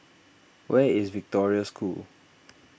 where is Victoria School